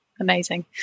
amazing